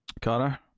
Connor